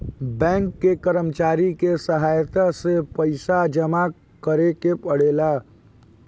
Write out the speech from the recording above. bank के कर्मचारी के सहायता से पइसा जामा करेके पड़ेला